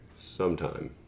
sometime